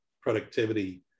productivity